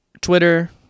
Twitter